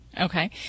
Okay